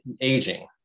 aging